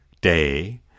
day